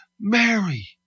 Mary